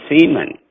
semen